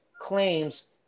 claims